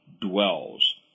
dwells